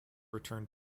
returned